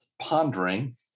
pondering